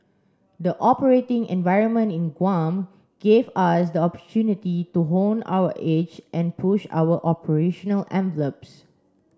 the operating environment in Guam gave us the opportunity to hone our edge and push our operational envelopes